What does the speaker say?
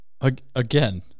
Again